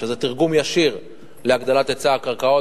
שזה תרגום ישיר של הגדלת היצע הקרקעות.